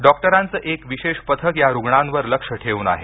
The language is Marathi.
डॉक्टरांचं एक विशेष पथक या रुग्णांवर लक्ष ठेवून आहे